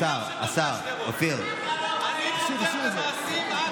השר, השר, אופיר, אתם פופוליסטים.